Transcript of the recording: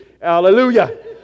Hallelujah